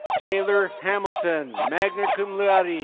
taylor hamilton, magna cum laude.